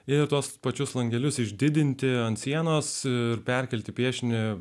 ir tuos pačius langelius išdidinti ant sienos ir perkelti piešinį